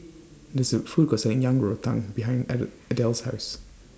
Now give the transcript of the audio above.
There IS A Food Court Selling Yang Rou Tang behind Adele Adele's House